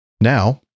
Now